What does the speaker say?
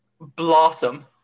Blossom